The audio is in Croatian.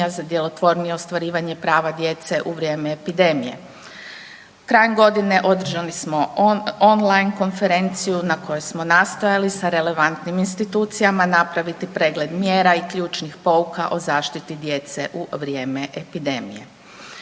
za djelotvornije ostvarivanje prava djece u vrijeme epidemije. Krajem godine održali smo online konferenciju na kojoj smo nastojali sa relevantnim institucijama napraviti pregled mjera i ključnih pouka o zaštiti djece u vrijeme epidemije.